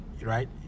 right